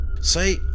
Say